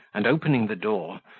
and, opening the door,